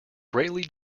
greatly